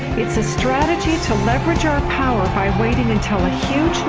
it's a strategy to leverage our power by waiting until a huge